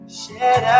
shed